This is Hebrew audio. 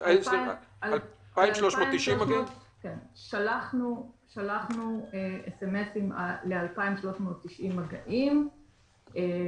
2,390. שלחנו מסרונים ל-2,390 אנשים שבאו במגע,